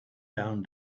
down